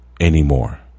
anymore